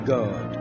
God